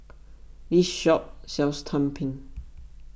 this shop sells Tumpeng